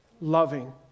loving